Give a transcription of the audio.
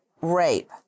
rape